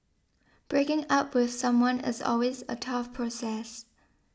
breaking up with someone is always a tough process